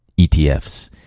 ETFs